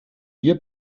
wir